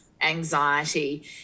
anxiety